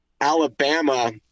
Alabama